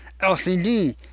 LCD